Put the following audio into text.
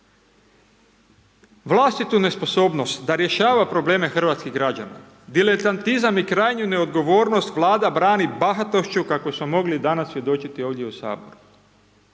vlastitu nesposobnost da rješava probleme hrvatskih građana, diletantizam i krajnju neodgovornost Vlada brani bahatošću kakvoj smo mogli danas svjedočiti ovdje u Saboru.